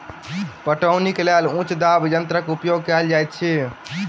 पटौनीक लेल उच्च दाब यंत्रक उपयोग कयल जाइत अछि